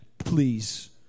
Please